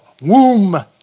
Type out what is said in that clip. womb